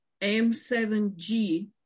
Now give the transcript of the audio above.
M7G